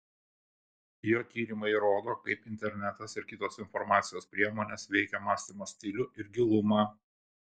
jo tyrimai įrodo kaip internetas ir kitos informacijos priemonės veikią mąstymo stilių ir gilumą